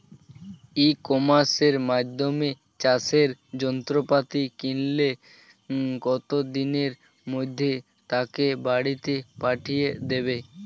ই কমার্সের মাধ্যমে চাষের যন্ত্রপাতি কিনলে কত দিনের মধ্যে তাকে বাড়ীতে পাঠিয়ে দেবে?